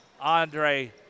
Andre